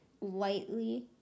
lightly